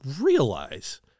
realize